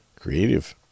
Creative